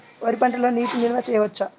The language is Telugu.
వరి పంటలో నీటి నిల్వ చేయవచ్చా?